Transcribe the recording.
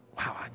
wow